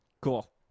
Cool